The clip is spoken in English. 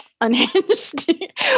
unhinged